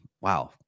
Wow